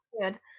good